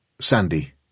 Sandy